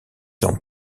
dans